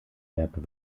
werden